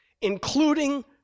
including